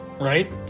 right